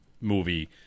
movie